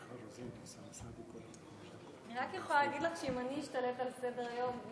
רבותי, אנחנו עוברים להצעות לסדר-היום.